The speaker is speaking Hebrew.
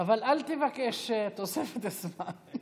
אבל אל תבקש תוספת זמן.